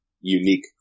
unique